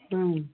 ꯑꯪ